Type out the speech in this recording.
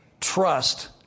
trust